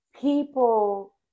people